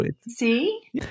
See